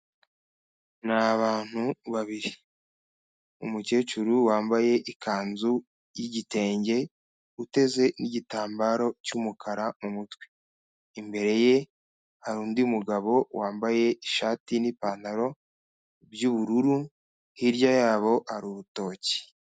Ni abantu babiri umukecuru wambaye ikanzu y'igitenge uteze igitambaro cy'umukara mu mutwe, imbere ye hari undi mugabo wambaye ishati n'ipantaro by'ubururu hirya yabo hari urutoki.